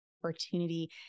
opportunity